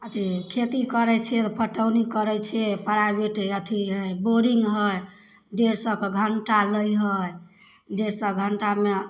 अथी खेती करै छिए तऽ पटौनी करै छिए प्राइवेट अथी हइ बोरिन्ग हइ डेढ़ सओके घण्टा लै हइ डेढ़ सओ घण्टामे